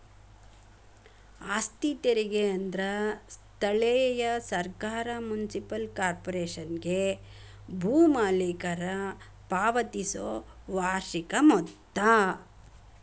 ಆಸ್ತಿ ತೆರಿಗೆ ಅಂದ್ರ ಸ್ಥಳೇಯ ಸರ್ಕಾರ ಮುನ್ಸಿಪಲ್ ಕಾರ್ಪೊರೇಶನ್ಗೆ ಭೂ ಮಾಲೇಕರ ಪಾವತಿಸೊ ವಾರ್ಷಿಕ ಮೊತ್ತ